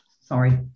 sorry